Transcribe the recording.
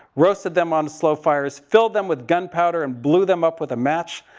roasted them on slow fires, filled them with gunpowder and blew them up with a match.